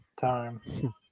time